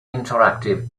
interactive